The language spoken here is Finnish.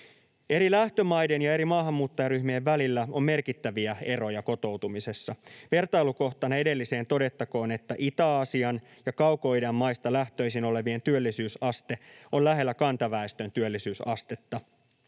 Eri lähtömaiden ja eri maahanmuuttajaryhmien välillä on merkittäviä eroja kotoutumisessa. Vertailukohtana edelliseen todettakoon, että Itä-Aasian ja Kaukoidän maista lähtöisin olevien työllisyysaste on lähellä kantaväestön työllisyysastetta.